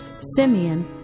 Simeon